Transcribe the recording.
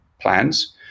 plans